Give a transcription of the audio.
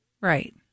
Right